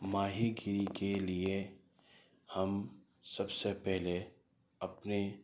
ماہی گیری کے لئے ہم سب سے پہلے اپنے